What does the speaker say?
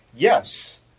Yes